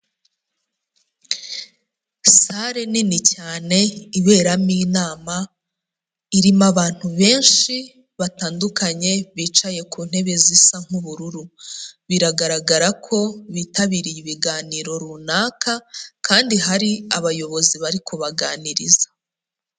Sale nini cyane iberamo inama, irimo abantu benshi batandukanye bicaye ku ntebe zisa nk'ubururu, biragaragara ko bitabiriye ibiganiro runaka kandi hari abayobozi bari kubaganiriza.